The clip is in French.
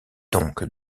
donc